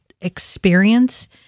experience